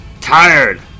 Tired